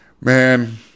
man